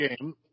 game